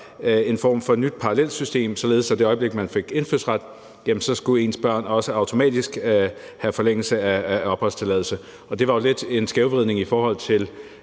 en form for nyt parallelsystem, således at i det øjeblik man fik indfødsret, skulle ens børn også automatisk have forlængelse af opholdstilladelse. Det var jo lidt en skævvridning i forhold til